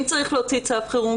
אם צריך להוציא צו חירום,